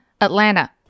Atlanta